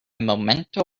momento